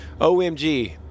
OMG